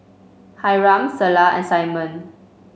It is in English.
Hyrum Selah and Simon